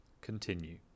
Continue